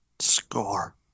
Score